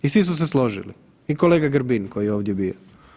I svi su se složili i kolega Grbin koji je ovdje bio.